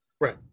Right